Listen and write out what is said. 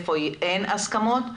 איפה אין הסכמות,